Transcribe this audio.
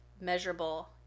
measurable